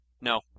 No